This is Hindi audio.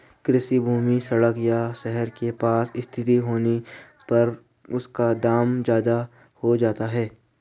कृषि भूमि सड़क या शहर के पास स्थित होने पर उसका दाम ज्यादा होता है